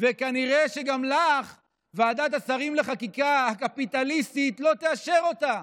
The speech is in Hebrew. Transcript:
וכנראה שגם לך ועדת השרים לחקיקה הקפיטליסטית לא תאשר אותה,